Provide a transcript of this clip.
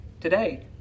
today